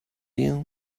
you